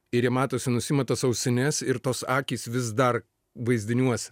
ir jie matosi nusiima tas ausines ir tos akys vis dar vaizdiniuose